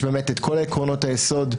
יש באמת את כל עקרונות היסודות,